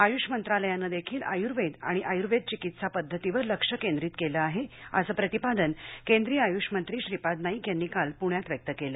आयुष मंत्रालयाने देखील आयुर्वेद आणि आयुर्वेद चिकित्सा पद्धतीवर लक्ष केंद्रीत केलं आहे असं प्रतिपादन केंद्रीय आयुषमंत्री श्रीपाद नाईक यांनी काल पूण्यात व्यक्त केलं